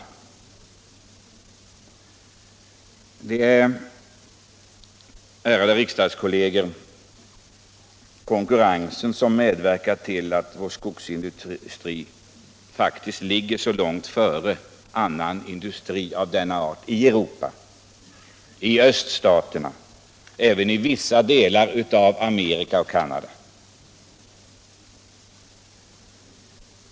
Det är, ärade riksdagskolleger, konkurrensen som medverkar till att vår skogsindustri faktiskt ligger så långt före annan industri av denna art i Europa, i Öststaterna och även i vissa delar av USA och Canada.